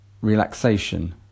relaxation